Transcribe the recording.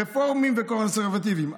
רפורמים וקונסרבטיבים.